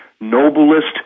noblest